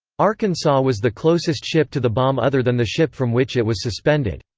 arkansas was the closest ship to the bomb other than the ship from which it was suspended.